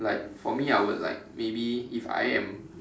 like for me I would like maybe if I am